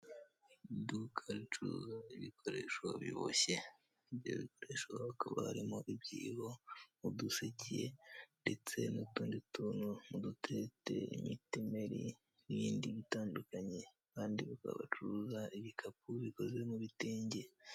Iduka ricuruza ibikoresho biboshye. Ibyo bikoresho hakaba harimo ibyibo, uduseke ndetse n'utundi tuntu, uduteteyi, imitemeri n'ibindi bitandukanye kandi bakaba bacuruza ibikapu bikoze mu bitenge.